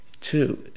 Two